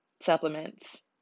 supplements